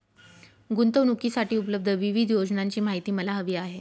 गुंतवणूकीसाठी उपलब्ध विविध योजनांची माहिती मला हवी आहे